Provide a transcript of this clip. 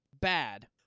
bad